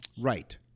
Right